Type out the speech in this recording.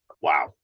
wow